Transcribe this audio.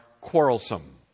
quarrelsome